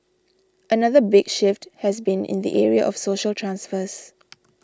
another big shift has been in the area of social transfers